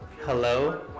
hello